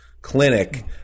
clinic